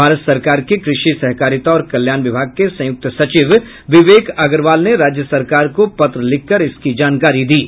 भारत सरकार के कृषि सहकारिता और कल्याण विभाग के संयुक्त सचिव विवेक अग्रवाल ने राज्य सरकार को पत्र लिखकर इसकी जानकारी दी है